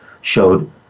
showed